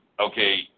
okay